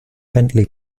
bentley